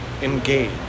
engage